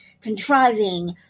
contriving